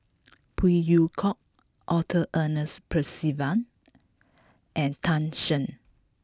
Phey Yew Kok Arthur Ernest Percival and Tan Shen